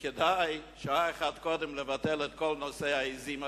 וכדאי שעה אחת קודם לבטל את כל נושא העזים הזה,